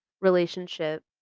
relationship